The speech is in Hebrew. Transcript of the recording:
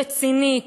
רצינית,